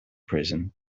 prison